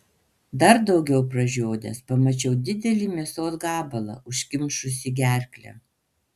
dar daugiau pražiodęs pamačiau didelį mėsos gabalą užkimšusį gerklę